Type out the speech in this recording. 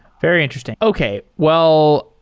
very interesting. okay. well,